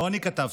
לא אני כתבתי: